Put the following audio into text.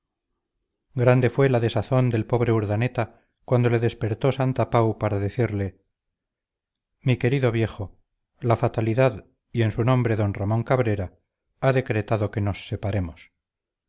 grande fue la desazón del pobre urdaneta cuando le despertó santapau para decirle mi querido viejo la fatalidad y en su nombre d ramón cabrera ha decretado que nos separemos